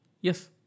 Yes